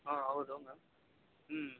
ಹಾಂ ಹೌದು ಮ್ಯಾಮ್ ಹ್ಞೂ